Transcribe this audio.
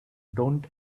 don’t